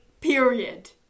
period